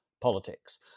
politics